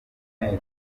nteko